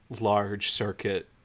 large-circuit